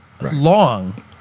long